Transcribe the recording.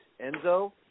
Enzo